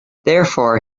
therefore